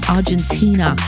Argentina